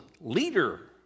leader